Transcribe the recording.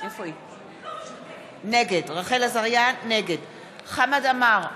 נגד חמד עמאר,